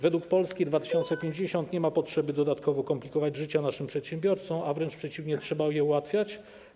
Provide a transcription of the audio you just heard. Według Polski 2050 nie ma potrzeby dodatkowo komplikować życia naszym przedsiębiorcom, a wręcz przeciwnie - trzeba je ułatwiać.